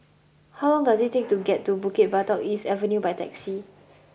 how long does it take to get to Bukit Batok East Avenue by taxi